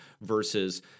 versus